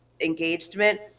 engagement